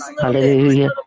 Hallelujah